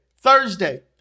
Thursday